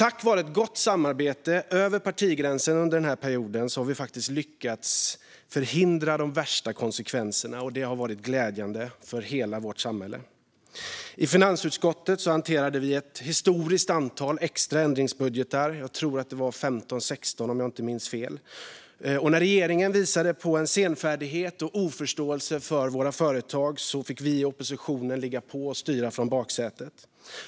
Tack vare ett gott samarbete över partigränserna har vi lyckats förhindra de värsta konsekvenserna, och det har varit glädjande för hela vårt samhälle. I finansutskottet hanterade vi ett historiskt antal extra ändringsbudgetar - jag tror att det var 15 eller 16 - och när regeringen visade på senfärdighet och oförståelse för våra företag fick vi i oppositionen ligga på och styra från baksätet.